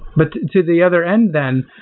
but to the other end then,